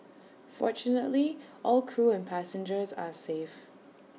fortunately all crew and passengers are safe